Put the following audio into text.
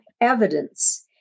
evidence